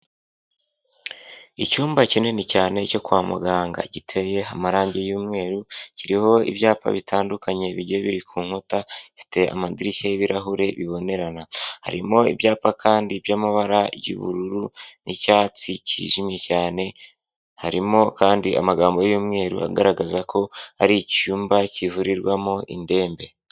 Icyumba kinini cyane cyo kwa muganga, giteye amarangi y'umweru, kiriho ibyapa bitandukanye bigiye biri ku nkuta, ifite amadirishya y'ibirahure bibonerana, harimo ibyapa kandi by'amabara y'ubururu n'icyatsi kijimye cyane, harimo kandi amagambo y'umweru agaragaza ko ari icyumba kivurirwamo indembe.